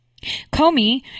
Comey